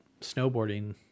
snowboarding